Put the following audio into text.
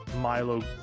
Milo